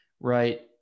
Right